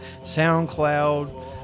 SoundCloud